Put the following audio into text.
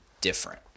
different